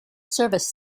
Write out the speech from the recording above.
service